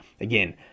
Again